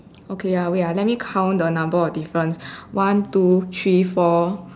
okay ya wait ah let me count the number of difference one two three four